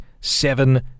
seven